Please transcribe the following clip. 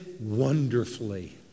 wonderfully